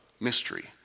mystery